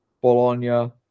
Bologna